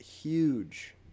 huge